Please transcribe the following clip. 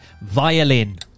violin